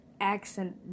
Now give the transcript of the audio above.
accent